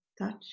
touch